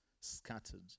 scattered